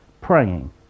praying